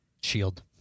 Shield